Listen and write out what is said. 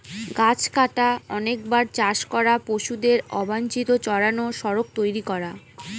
গাছ কাটা, অনেকবার চাষ করা, পশুদের অবাঞ্চিত চড়ানো, সড়ক তৈরী করা